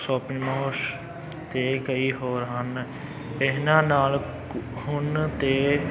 shopping ਮੋਸ਼ ਅਤੇ ਕਈ ਹੋਰ ਹਨ ਇਹਨਾਂ ਨਾਲ ਕ ਹੁਣ ਤਾਂ